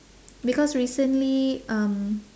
because recently um